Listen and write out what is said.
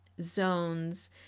zones